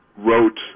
wrote